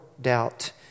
doubt